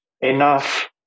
enough